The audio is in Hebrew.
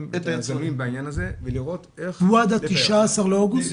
ואת היזמים בעניין הזה ולראות איך זה --- הוא עד ה-19 באוגוסט?